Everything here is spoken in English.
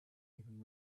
even